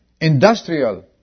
industrial